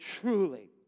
truly